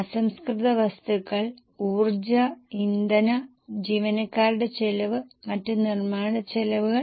മാത്രമല്ല വരും വർഷങ്ങളിൽ കൂടുതൽ വളർച്ച പ്രതീക്ഷിക്കുന്നു ഇത് ഇന്ത്യയിലെ മുൻനിര സിമന്റ് കമ്പനികളുടെ വളർച്ചയ്ക്കും കാരണമാകും